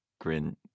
Grin